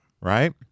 right